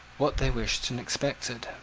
what they wished and expected.